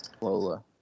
Lola